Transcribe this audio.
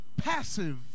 passive